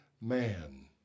man